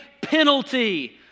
penalty